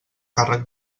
càrrec